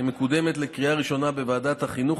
מקודמת לקריאה ראשונה בוועדת החינוך,